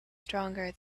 stronger